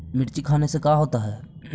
मिर्ची खाने से का होता है?